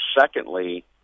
secondly